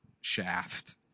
shaft